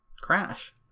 Crash